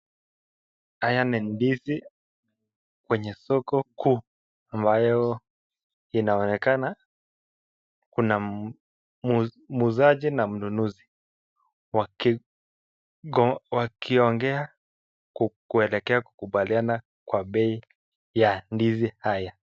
Haya ni ndizi kwenye soko kuu ambayo inaonekana, kuna muuzaji na mnunuzi wakiongea kwelekea kukubaliana kwa bei ya ndizi haya.